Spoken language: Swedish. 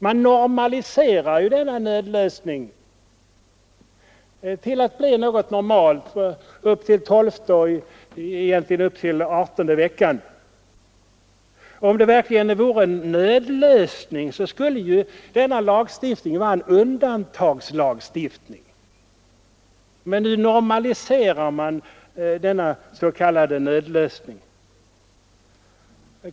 Man normaliserar ju denna nödlösning så att den blir något normalt fram till adertonde veckan. Om det verkligen vore en nödlösning, skulle denna lagstiftning vara en undantagslagstiftning. Men nu normaliserar man denna s.k. nödlösning.